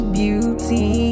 beauty